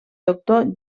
doctor